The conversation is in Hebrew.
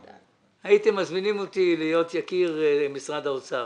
הייתם מזמינים אותי להיות יקיר משרד האוצר.